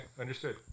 understood